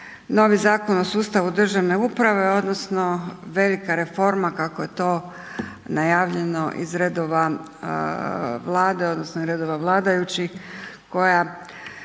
novi Zakon o sustavu državne uprave odnosno velika reforma kako je to najavljeno iz redova Vlade odnosno redova vladajućih koja